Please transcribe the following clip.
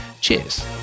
Cheers